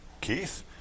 Keith